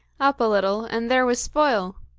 up a little, and there was spoil!